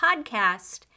podcast